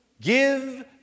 Give